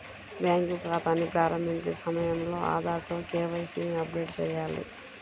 bank ఖాతాని ప్రారంభించే సమయంలో ఆధార్ తో కే.వై.సీ ని అప్డేట్ చేయాలి